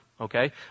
Okay